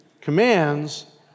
commands